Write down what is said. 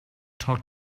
talk